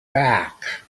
back